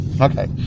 okay